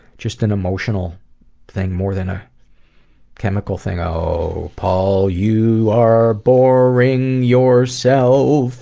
just an emotional thing more than a chemical thing ohhhh, paul, you are borrring yoursellllff.